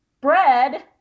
bread